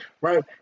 right